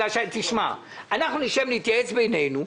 תשמע, אנחנו נשב, נתייעץ בינינו.